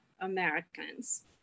Americans